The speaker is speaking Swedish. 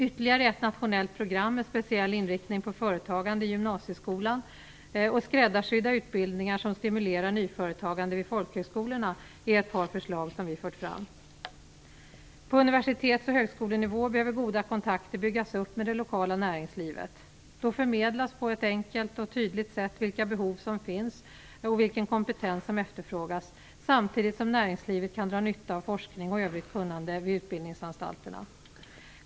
Ytterligare ett nationellt program med speciell inriktning på företagande i gymnasieskolan och skräddarsydda utbildningar som stimulerar nyföretagande vid folkhögskolorna är ett par förslag som vi fört fram. På universitets och högskolenivå behöver goda kontakter byggas upp med det lokala näringslivet. Då förmedlas på ett enkelt och tydligt sätt vilka behov som finns och vilken kompetens som efterfrågas samtidigt som näringslivet kan dra nytta av forskning och övrigt kunnande vid utbildningsanstalterna.